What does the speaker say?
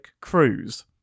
cruise